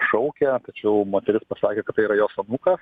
šaukė tačiau moteris pasakė kad tai yra jos anūkas